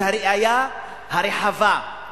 את היריעה הרחבה.